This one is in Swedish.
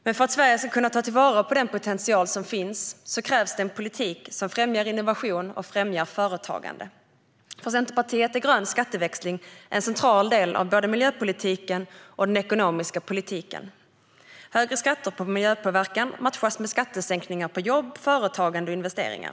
Men för att Sverige ska kunna ta till vara den potential som finns krävs en politik som främjar innovation och företagande. För Centerpartiet är grön skatteväxling en central del av både miljöpolitiken och den ekonomiska politiken. Högre skatter på miljöpåverkan matchas med skattesänkningar på jobb, företagande och investeringar.